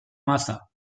maza